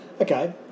Okay